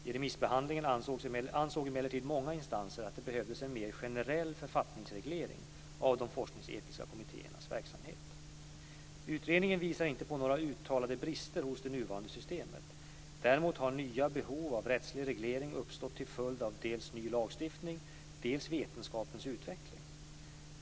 I remissbehandlingen ansåg emellertid många instanser att det behövdes en mer generell författningsreglering av de forskningsetiska kommittéernas verksamhet. Utredningen visar inte på några uttalade brister hos det nuvarande systemet. Däremot har nya behov av rättslig reglering uppstått till följd av dels ny lagstiftning, dels vetenskapens utveckling.